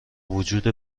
وجود